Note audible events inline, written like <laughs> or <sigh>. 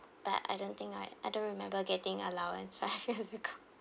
but I don't think I I don't remember getting allowance <laughs> five years ago